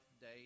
day